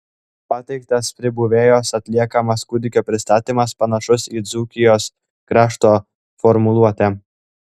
pateiktas pribuvėjos atliekamas kūdikio pristatymas panašus į dzūkijos krašto formuluotę